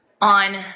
on